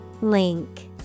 Link